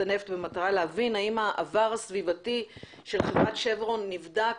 הנפט במטרה להבין האם העבר הסביבתי של חברת שברון נבדק